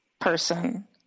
person